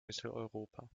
mitteleuropa